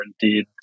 indeed